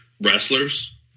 wrestlers